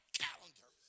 calendar